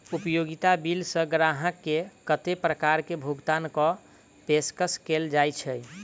उपयोगिता बिल सऽ ग्राहक केँ कत्ते प्रकार केँ भुगतान कऽ पेशकश कैल जाय छै?